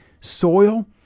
soil